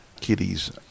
kitties